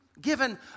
given